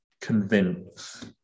convince